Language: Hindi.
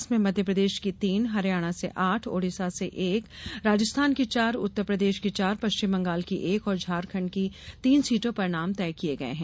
इसमें मध्यप्रदेश की तीन हरियाणा से आठ ओडिसा से एक राजस्थान की चार उत्तरप्रदेश की चार पश्चिम बंगाल की एक और झारखंड की तीन सीटों पर नाम तय किये गये है